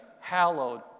hallowed